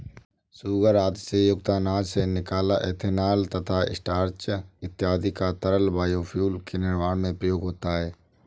sugar आदि से युक्त अनाज से निकला इथेनॉल तथा स्टार्च इत्यादि का तरल बायोफ्यूल के निर्माण में प्रयोग होता है